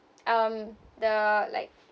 um the like